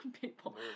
people